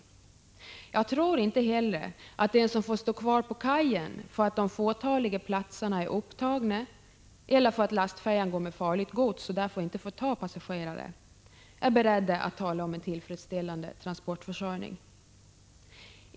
Jag tror inte heller att den som får stå kvar på kajen därför att de fåtaliga platserna är upptagna eller därför att lastfärjan går med farligt gods och inte får ta passagerare är beredd att tala om en tillfredsställande transportförsörjning.